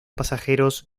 pasajeros